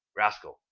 rascal,